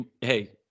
hey